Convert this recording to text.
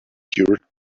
cured